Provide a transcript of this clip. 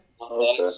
Okay